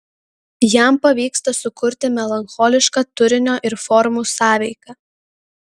jam pavyksta sukurti melancholišką turinio ir formų sąveiką